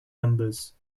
numbers